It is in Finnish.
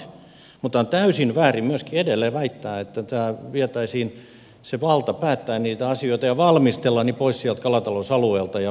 on myöskin täysin väärin edelleen väittää että vietäisiin se valta päättää ja valmistella niitä asioita pois sieltä kalatalousalueelta ja vesien omistajilta